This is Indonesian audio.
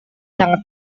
sangat